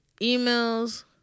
emails